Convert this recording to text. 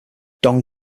don